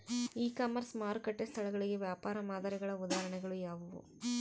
E commerce ಮಾರುಕಟ್ಟೆ ಸ್ಥಳಗಳಿಗೆ ವ್ಯಾಪಾರ ಮಾದರಿಗಳ ಉದಾಹರಣೆಗಳು ಯಾವುವು?